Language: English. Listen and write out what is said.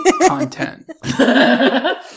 content